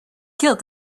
killed